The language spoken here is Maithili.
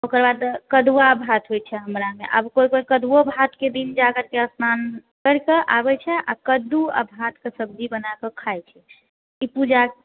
ओकरबाद कदुआ भात होइ छै हमरा मे आब कोइ कोइ कदुओ भात के दिन जाकरके स्नान कैर कऽ आबै छै आ कद्दू आ भात के सब्जी बना कऽ खाइ छै ई पूजा